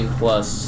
plus